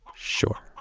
sure.